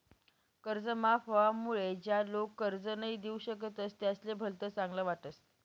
कर्ज माफ व्हवामुळे ज्या लोक कर्ज नई दिऊ शकतस त्यासले भलत चांगल वाटस